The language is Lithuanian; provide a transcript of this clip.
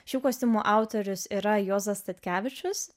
šių kostiumų autorius yra juozas statkevičius